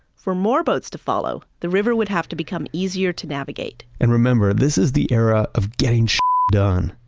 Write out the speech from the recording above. for more boats to follow, the river would have to become easier to navigate and remember, this is the era of getting sh t done.